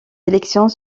élections